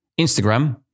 Instagram